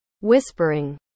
Whispering